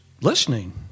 listening